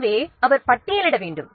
எனவே அவர் பட்டியலிட வேண்டும்